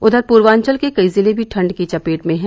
उधर पूर्वाचल के कई जिले भी ठंड की चपेट में हैं